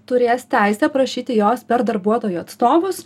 turės teisę prašyti jos per darbuotojų atstovus